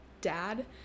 dad